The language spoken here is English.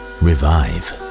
revive